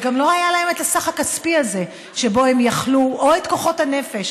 וגם לא היה להם הסכום הכספי הזה או כוחות הנפש